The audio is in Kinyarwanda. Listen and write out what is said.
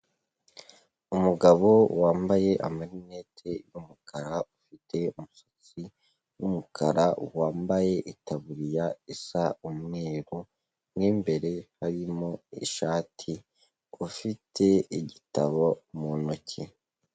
Umugabo wambaye amarineti y'umukara ufite umusatsi w'umukara wambaye itaburiya isa umweru mo imbere harimo ishati ufite igitabo mu ntoki.